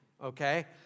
okay